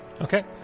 Okay